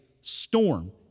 storm